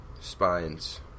Spines